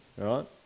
right